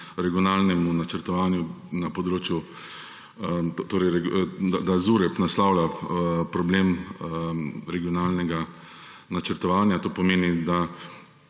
regionalnemu načrtovanju, da ZUREP naslavlja problem regionalnega načrtovanja. To pomeni, da